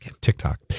TikTok